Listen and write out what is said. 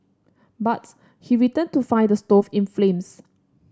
but he returned to find the stove in flames